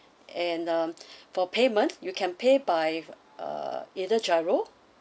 and um for payment you can pay by uh either GIRO